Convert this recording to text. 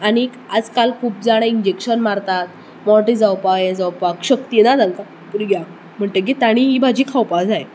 आनी आजकाल खूब जाणां इंजेक्शन मारतात मोटे जावपाक हे जावपाक शक्ती ना तांका भुरग्यांक म्हणचगीत ताणी ही भाजी खावपाक जाय